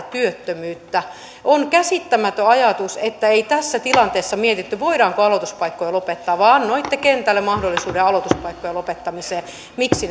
työttömyyttä on käsittämätön ajatus että ei tässä tilanteessa mietitty voidaanko aloituspaikkoja lopettaa vaan annoitte kentälle mahdollisuuden aloituspaikkojen lopettamiseen miksi